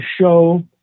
show